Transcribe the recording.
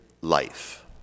life